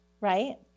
right